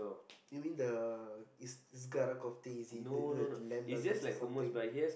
you mean the is is is it the the land nuggets or something